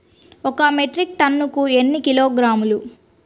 ఒక మెట్రిక్ టన్నుకు ఎన్ని కిలోగ్రాములు?